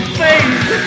face